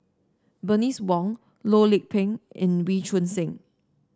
Bernice Wong Loh Lik Peng and Wee Choon Seng